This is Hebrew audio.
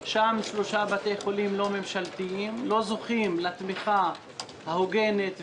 שם שלושה בתי חולים לא ממשלתיים לא זוכים לתמיכה ההוגנת והשוויונית.